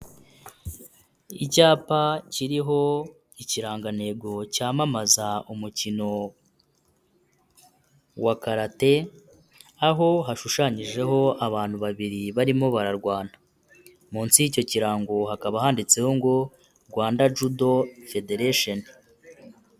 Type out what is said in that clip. Icyapa kiriho ikirangantego cyamamaza umukino wa karate, aho hashushanyijeho abantu babiri barimo bararwana. Munsi y'icyo kirango hakaba handitseho ngo "Rwanda Judo Federation".